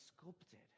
sculpted